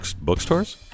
bookstores